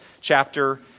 chapter